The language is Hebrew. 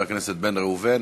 חבר הכנסת בן ראובן,